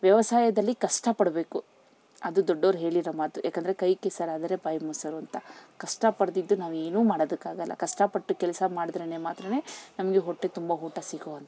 ವ್ಯವಸಾಯದಲ್ಲಿ ಕಷ್ಟ ಪಡಬೇಕು ಅದು ದೊಡ್ಡವ್ರು ಹೇಳಿರೊ ಮಾತು ಯಾಕಂದರೆ ಕೈ ಕೆಸರಾದರೆ ಬಾಯಿ ಮೊಸರು ಅಂತ ಕಷ್ಟ ಪಡದಿದ್ದು ನಾವು ಏನು ಮಾಡೊದಕ್ಕಾಗಲ್ಲ ಕಷ್ಟಪಟ್ಟು ಕೆಲಸ ಮಾಡಿದ್ರೆ ಮಾತ್ರನೆ ನಮಗೆ ಹೊಟ್ಟೆ ತುಂಬ ಊಟ ಸಿಗುವಂಥದ್ದು